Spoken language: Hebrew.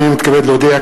הנני מתכבד להודיע,